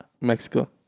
Mexico